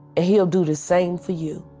ah he will do the same for you.